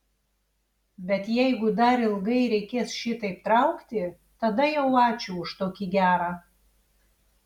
bet jeigu dar ilgai reikės šitaip traukti tada jau ačiū už tokį gerą